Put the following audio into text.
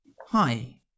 Hi